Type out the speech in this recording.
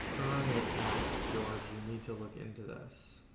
earn it act george you need to look into this